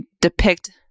depict